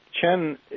Chen